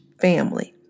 family